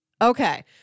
Okay